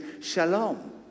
shalom